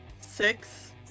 six